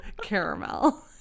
caramel